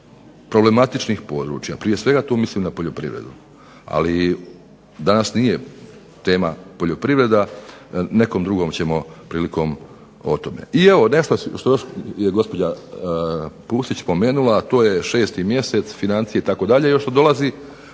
problematičnih područja prije svega tu mislim na poljoprivredu. Ali danas nije tema poljoprivreda, nekom drugom prilikom ćemo o tome. I evo nešto što je još gospođa Pusić pomenula, to je 6. mjesec, financije itd. još to dolazi.